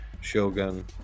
Shogun